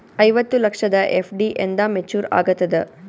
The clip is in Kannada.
ಐವತ್ತು ಲಕ್ಷದ ಎಫ್.ಡಿ ಎಂದ ಮೇಚುರ್ ಆಗತದ?